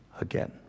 again